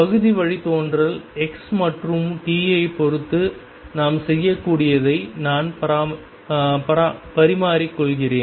பகுதி வழித்தோன்றல் x மற்றும் t ஐ பொறுத்து நாம் செய்யக்கூடியதை நான் பரிமாறிக்கொள்கிறேன்